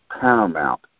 paramount